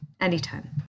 Anytime